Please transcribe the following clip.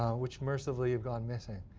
which mercifully have gone missing.